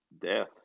Death